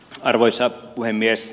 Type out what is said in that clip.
arvoisa puhemies